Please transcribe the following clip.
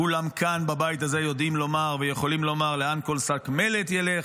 כולם בבית הזה יכולים לומר לאן כל שק מלט ילך,